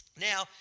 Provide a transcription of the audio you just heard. Now